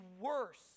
worse